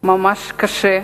ממש קשה.